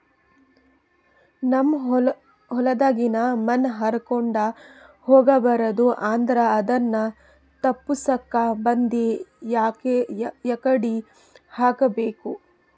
ನಮ್ ಹೊಲದಾಗಿನ ಮಣ್ ಹಾರ್ಕೊಂಡು ಹೋಗಬಾರದು ಅಂದ್ರ ಅದನ್ನ ತಪ್ಪುಸಕ್ಕ ಬಂಡಿ ಯಾಕಡಿ ಹಾಕಬೇಕು?